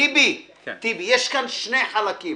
כאן שני חלקים